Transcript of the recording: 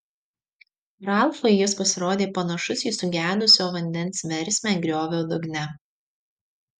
ralfui jis pasirodė panašus į sugedusio vandens versmę griovio dugne